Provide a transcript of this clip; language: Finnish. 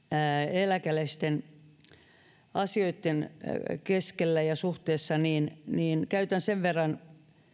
eläkeläisten asioitten keskellä niin niin käytän sen verran